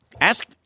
Ask